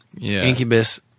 incubus